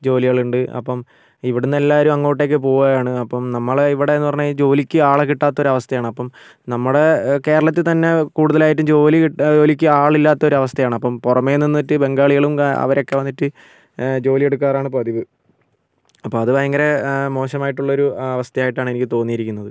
ജോലികളുണ്ട് അപ്പം ഇവിടന്ന് എല്ലാവരും അങ്ങോട്ടേക്ക് പോകുവാണ് അപ്പം നമ്മൾ ഇവിടെ എന്ന് പറഞ്ഞ് ജോലിക്ക് ആളെ കിട്ടാത്ത ഒരു അവസ്ഥയാണ് അപ്പം നമ്മുടെ കേരളത്തിൽ തന്നെ കൂടുതലായിട്ടും ജോലി ജോലിക്ക് ആൾ ഇല്ലാത്ത ഒരു അവസ്ഥയാണ് അപ്പം പുറമേ നിന്നിട്ട് ബംഗാളികളും അവരൊക്കെ വന്നിട്ട് ജോലി എടുക്കാറാണ് പതിവ് അപ്പോൾ അത് ഭയങ്കര മോശം ആയിട്ടുള്ള ഒരു അവസ്ഥ ആയിട്ടാണ് എനിക്ക് തോന്നിയിരിക്കുന്നത്